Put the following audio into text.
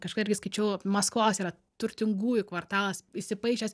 kažką irgi skaičiau maskvos yra turtingųjų kvartalas įsipaišęs